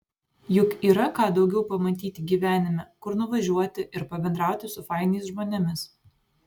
juk yra ką daugiau pamatyti gyvenime kur nuvažiuoti ir pabendrauti su fainais žmonėmis